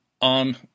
on